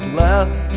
left